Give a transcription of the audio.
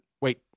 Wait